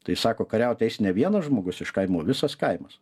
tai sako kariauti eis ne vienas žmogus iš kaimoo visas kaimas